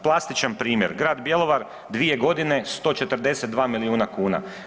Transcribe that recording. Plastičan primjer, grad Bjelovar, 2 godine, 142 milijuna kuna.